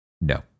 No